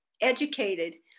educated